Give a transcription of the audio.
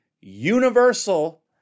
universal